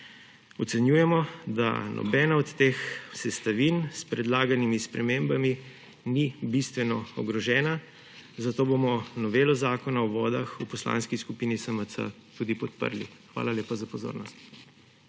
Ocenjujemo, da nobena od teh sestavin s predlaganimi spremembami ni bistveno ogrožena, zato bomo novelo Zakona o vodah v Poslanski skupini SMC podprli. Hvala lepa za pozornost.